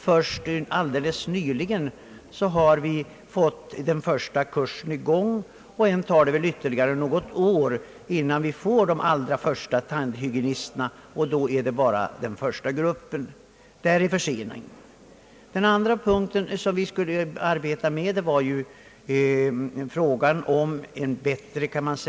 Först alldeles nyligen har den första kursen kommit i gång. Ännu tar det ytterligare något år, innan vi får de första tandhygienisterna, och då är det ändå bara den första gruppen. Det innebär alltså en försening. Den andra punkten var frågan om bättre kostvanor.